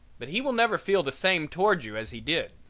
but he will never feel the same toward you as he did.